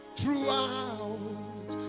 throughout